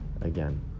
again